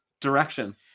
direction